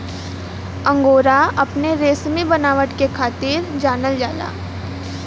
angora अपने रेसमी बनावट के खातिर जानल जाला